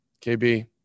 KB